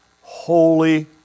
holy